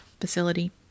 facility